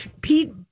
Pete